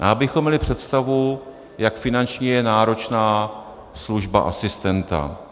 A abychom měli představu, jak je finančně náročná služba asistenta.